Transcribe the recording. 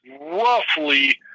roughly